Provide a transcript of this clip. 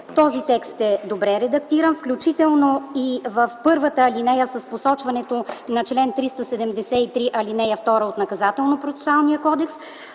този текст е добре редактиран, включително и в ал. 1 с посочването на чл. 373, ал. 2 от Наказателно-процесуалния кодекс.